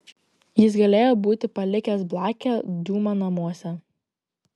jis galėjo būti palikęs blakę diuma namuose